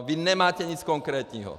Vy nemáte nic konkrétního!